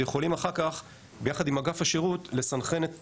ויכולים אח"כ ביחד עם אגף השירות לסנכרן את התמונה.